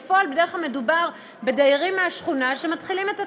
אשר בפועל בדרך כלל מדובר בדיירים מהשכונה שמתחילים את התהליך.